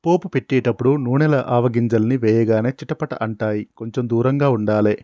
పోపు పెట్టేటపుడు నూనెల ఆవగింజల్ని వేయగానే చిటపట అంటాయ్, కొంచెం దూరంగా ఉండాలే